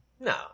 No